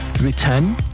return